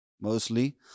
mostly